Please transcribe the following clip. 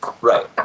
right